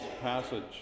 passage